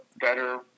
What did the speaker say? better